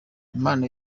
impano